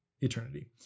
eternity